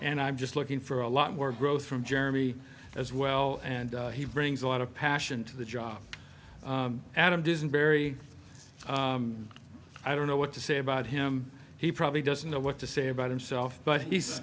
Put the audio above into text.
and i'm just looking for a lot more growth from jeremy as well and he brings a lot of passion to the job adam does and very i don't know what to say about him he probably doesn't know what to say about himself but he's